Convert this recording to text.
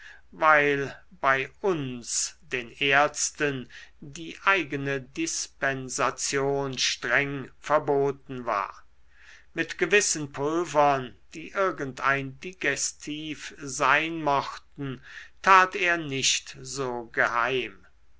weil bei uns den ärzten die eigene dispensation streng verboten war mit gewissen pulvern die irgend ein digestiv sein mochten tat er nicht so geheim